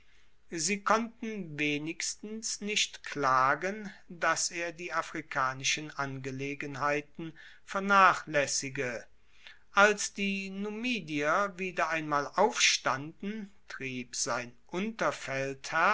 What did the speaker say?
sie konnten wenigstens nicht klagen dass er die afrikanischen angelegenheiten vernachlaessige als die numidier wieder einmal aufstanden trieb sein